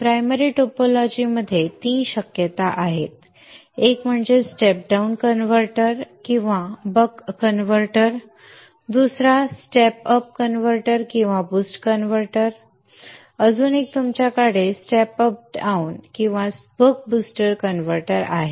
primary topology मध्येच तीन शक्यता आहेत एक म्हणजे स्टेप डाउन कन्व्हर्टर किंवा बक कन्व्हर्टर buck converter दुसरा स्टेप अप कन्व्हर्टर किंवा बूस्ट कन्व्हर्टर अजून एक तुमच्याकडे स्टेप अप डाउन किंवा बक बूस्ट कन्व्हर्टर आहे